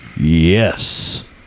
yes